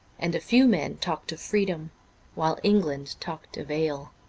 and a few men talked of freedom while england talked of ale.